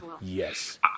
yes